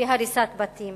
בהריסת בתים